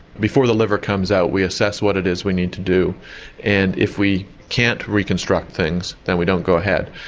before the liver comes out we assess what it is we need to do and if we can't reconstruct things then we don't go ahead.